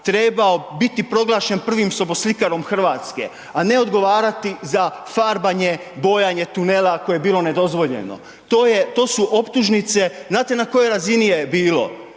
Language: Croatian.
trebao biti proglašen prvim soboslikarom Hrvatske, a ne odgovarati za farbanje, bojanje tunela koje je bilo nedozvoljeno. To je, to su optužnice, znate na kojoj razini je bilo?